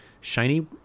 shiny